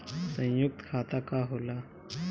सयुक्त खाता का होला?